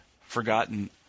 forgotten